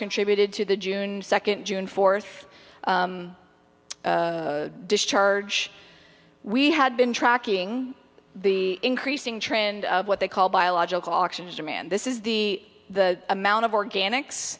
contributed to the june second june fourth discharge we had been tracking the increasing trend of what they call biological actions demand this is the the amount of organic